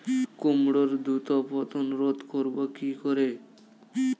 কুমড়োর দ্রুত পতন রোধ করব কি করে?